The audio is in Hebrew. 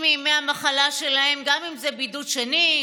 מימי המחלה שלהם גם אם זה בידוד שני,